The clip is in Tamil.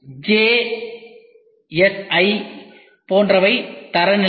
ஐ ISI ISO BSI JSI போன்றவை தரநிலைகள்